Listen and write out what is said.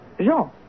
Jean